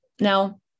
Now